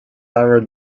are